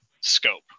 scope